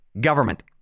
government